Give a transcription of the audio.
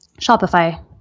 Shopify